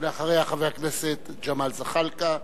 אחריה, חבר הכנסת ג'מאל זחאלקה,